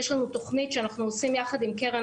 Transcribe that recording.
יש לנו תכנית שאנחנו עושים יחד עם קרן